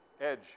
edge